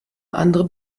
andere